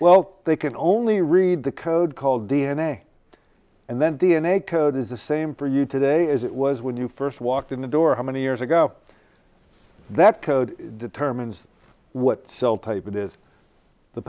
well they can only read the code called d n a and then d n a code is the same for you today as it was when you first walked in the door how many years ago that code determines what cell type it is the